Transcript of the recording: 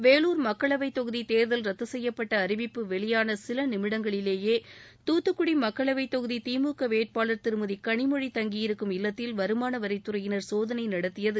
வேலூர் மக்களவைத் தொகுதி தேர்தல் ரத்து செய்யப்பட்ட அறிவிப்பு வெளியான சில நிமிடங்களிலேயே துத்துக்குடி மக்களவைத் தொகுதி திமுக வேட்பாளர் திருமதி கனிமொழி தங்கியிருக்கும் இல்லத்தில் வருமான வரித்துறையினர் சோதனை நடத்தியது